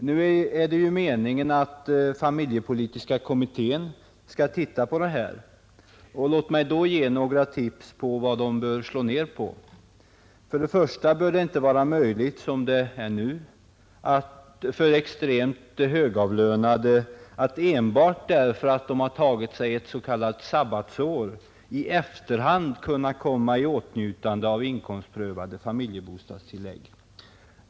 Nu är det ju meningen att familjepolitiska kommittén skall titta på denna sak, och låt mig då ge några tips om vad kommittén bör slå ned på. För det första bör det inte vara möjligt, så som nu är fallet, för extremt högavlönade att enbart därför att de tagit ett s.k. sabbatsår komma i åtnjutande av inkomstprövade familjebostadstillägg i efterhand.